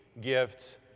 gifts